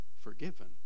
forgiven